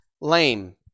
Lame